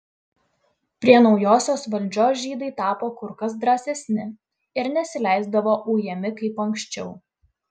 prie naujosios valdžios žydai tapo kur kas drąsesni ir nesileisdavo ujami kaip anksčiau